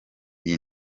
iyi